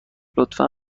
لطفا